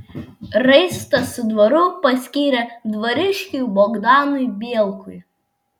raistą su dvaru paskyrė dvariškiui bogdanui bielkui